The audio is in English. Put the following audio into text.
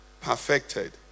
Perfected